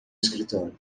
escritório